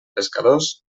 pescadors